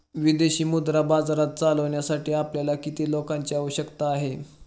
विदेशी मुद्रा बाजार चालविण्यासाठी आपल्याला किती लोकांची आवश्यकता आहे?